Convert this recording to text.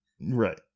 Right